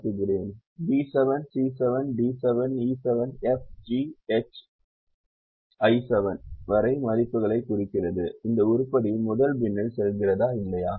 எனவே B7 C7 D7 E7 F G H I7 வரை மதிப்புகளைக் குறிக்கிறது இந்த உருப்படி முதல் பின்னில் செல்கிறதா இல்லையா